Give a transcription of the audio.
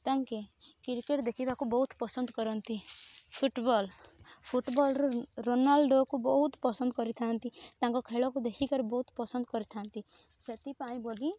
ତାଙ୍କେ କ୍ରିକେଟ୍ ଦେଖିବାକୁ ବହୁତ ପସନ୍ଦ କରନ୍ତି ଫୁଟବଲ୍ ଫୁଟବଲ୍ର ରୋନାଲ୍ଡୋକୁ ବହୁତ ପସନ୍ଦ କରିଥାଆନ୍ତି ତାଙ୍କ ଖେଳକୁ ଦେଖିକରି ବହୁତ ପସନ୍ଦ କରିଥାଆନ୍ତି ସେଥିପାଇଁ ବୋଲି